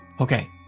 Okay